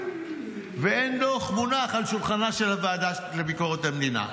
ואין דוח מונח על שולחנה של הוועדה לביקורת המדינה.